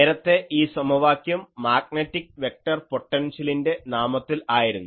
നേരത്തെ ഈ സമവാക്യം മാഗ്നെറ്റിക് വെക്ടർ പൊട്ടൻഷ്യലിൻ്റെ നാമത്തിൽ ആയിരുന്നു